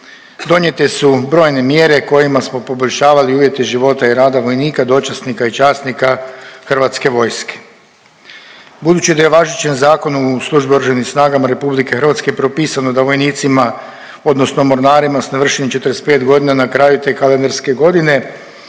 Donijete su brojne mjere kojima smo poboljšavali uvjete života i rada vojnika, dočasnika i časnika Hrvatske vojske. Budući da je važećem zakonu u Službi u Oružanim snagama Republike Hrvatske propisano da vojnicima, odnosno mornarima sa navršenih 45 godina na kraju te kalendarske godine